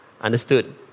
understood